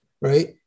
right